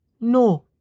No